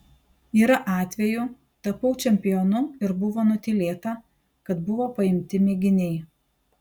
yra atvejų tapau čempionu ir buvo nutylėta kad buvo paimti mėginiai